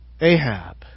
Ahab